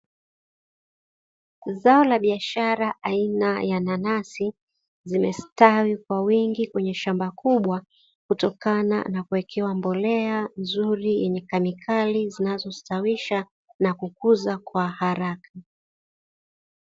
Zao la biashara aina ya nanasi, zimestawi kwa wingi kwenye shamba kubwa kutokana na kuwekewa mbolea nzuri yenye kemikali zinazostawisha na kukuwa haraka.